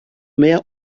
mehr